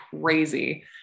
crazy